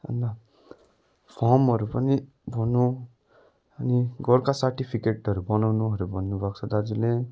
अन्त फर्महरू पनि भर्नु अनि गोर्खा सर्टिफिकेटहरू बनाउनुहरू भन्नुभएको छ दाजुले